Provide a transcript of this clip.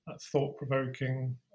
thought-provoking